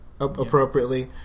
appropriately